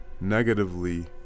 negatively